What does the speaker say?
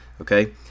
okay